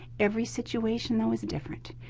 every situation, though, is different.